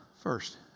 first